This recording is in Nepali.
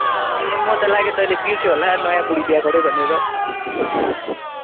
ए म त लाग्यो तैँले बिर्सियो होला नयाँ बुढी बिहे गऱ्यो भनेर